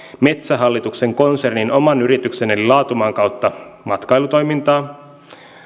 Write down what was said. metsähallituksen konsernin oman yrityksen eli laatumaan kautta matkailutoimintaa